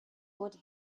wurde